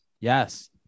Yes